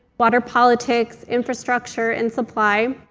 water politics, infrastructure and supply.